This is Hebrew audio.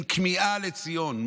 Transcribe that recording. עם כמיהה לציון.